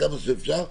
מה